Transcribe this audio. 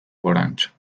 gorantz